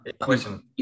question